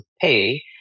pay